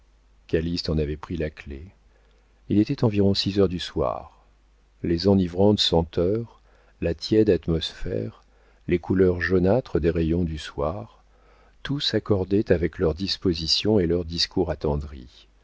en avait pris la clef il était environ six heures du soir les enivrantes senteurs la tiède atmosphère les couleurs jaunâtres des rayons du soir tout s'accordait avec leurs dispositions et leurs discours attendris